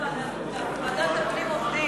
תודה רבה, חברי חברי הכנסת,